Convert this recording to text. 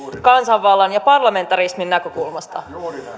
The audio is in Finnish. kansanvallan ja parlamentarismin näkökulmasta